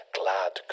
glad